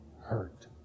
hurt